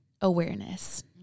awareness